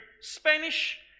Spanish